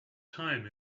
time